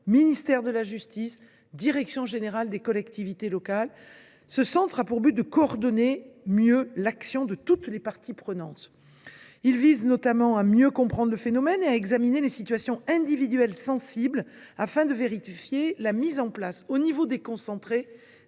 ministère de la justice, direction générale des collectivités locales (DGCL). Ce centre a pour objectif de mieux coordonner l’action de toutes les parties prenantes. Il vise notamment à mieux comprendre le phénomène et à examiner les situations individuelles sensibles afin de vérifier la mise en place, au niveau déconcentré,